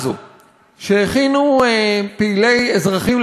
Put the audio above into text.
שהכינו פעילי "אזרחים למען הסביבה",